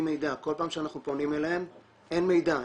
כל פעם שאנחנו פונים אליהם אין מידע,